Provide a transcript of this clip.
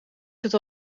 zit